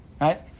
Right